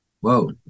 Whoa